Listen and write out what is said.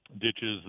ditches